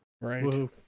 right